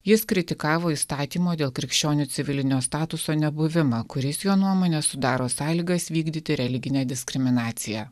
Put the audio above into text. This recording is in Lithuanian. jis kritikavo įstatymo dėl krikščionių civilinio statuso nebuvimą kuris jo nuomone sudaro sąlygas vykdyti religinę diskriminaciją